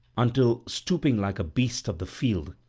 until, stooping like a beast of the field,